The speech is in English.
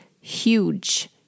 huge